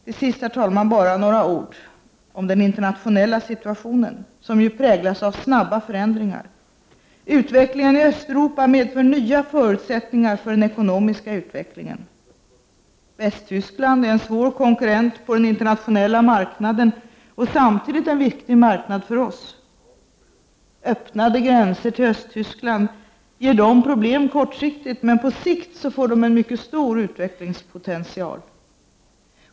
Till sist, herr talman, bara några ord om den internationella situationen, som ju präglas av snabba förändringar. Det som nu sker i Östeuropa medför nya förutsättningar för den ekonomiska utvecklingen. Västtyskland är en svår konkurrent på den internationella marknaden och samtidigt en viktig marknad för oss. Öppnade gränser till Östtyskland ger västtyskarna problem kortsiktigt, men på sikt får de en mycket stor utvecklingspotential.